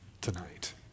tonight